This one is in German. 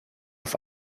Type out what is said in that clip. auf